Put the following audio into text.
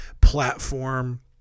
platform